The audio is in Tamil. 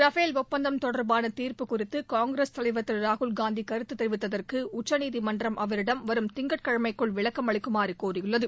ரஃபேல் ஒப்பந்தம் தொடர்பாள தீர்ப்பு குறித்து காங்கிரஸ் தலைவர் திரு ராகுல்காந்தி கருத்து தெரிவித்ததற்கு உச்சநீதிமன்றம் அவரிடம் அவரும் திங்கட்கிழமைக்குள் விளக்கம் அளிக்குமாறு கோரியுள்ளது